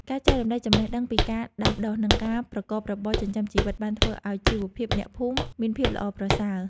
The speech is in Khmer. ការចែករំលែកចំណេះដឹងពីការដាំដុះ និងការប្រកបរបរចិញ្ចឹមជីវិត បានធ្វើឱ្យជីវភាពអ្នកភូមិមានភាពល្អប្រសើរ។